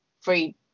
free